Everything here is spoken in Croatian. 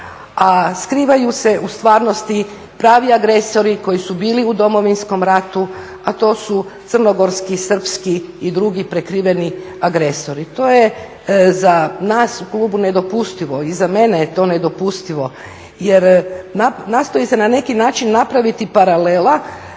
A skrivaju se u stvarnosti pravi agresori koji su bili u Domovinskom ratu, a to su crnogorski, srpski i drugi prikriveni agresori. To je za nas u klubu nedopustivo. I za mene je to nedopustivo, jer nastoji se na neki način napraviti paralela